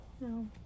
No